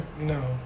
No